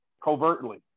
covertly